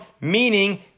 meaning